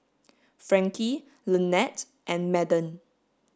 Frankie Lanette and Madden